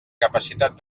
capacitat